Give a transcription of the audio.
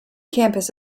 campus